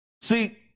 See